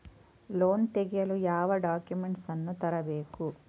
Loan ತೆಗೆಯಲು ಯಾವ documents ಅನ್ನು ತರಬೇಕು?